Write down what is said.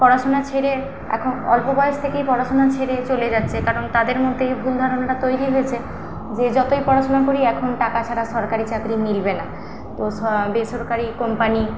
পড়াশোনা ছেড়ে এখন অল্প বয়স থেকেই পড়াশোনা ছেড়ে চলে যাচ্ছে কারণ তাদের মধ্যে এই ভুল ধারণাটা তৈরি হয়েছে যে যতই পড়াশুনা করি এখন টাকা ছাড়া সরকারি চাকরি মিলবে না তো স বেসরকারি কোম্পানি